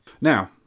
Now